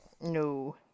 No